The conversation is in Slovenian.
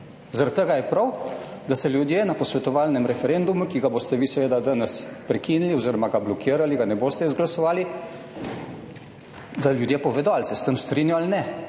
Zaradi tega je prav, da se ljudje na posvetovalnem referendumu, ki ga boste vi seveda danes prekinili oziroma ga blokirali, ga ne boste izglasovali, da ljudje povedo ali se s tem strinjajo ali ne.